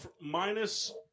minus